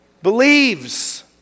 believes